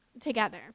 together